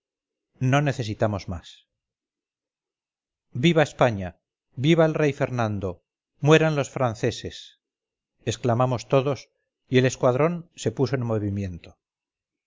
no necesitamos más viva españa viva el rey fernando mueran los franceses exclamamos todos y el escuadrón sepuso en movimiento